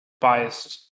biased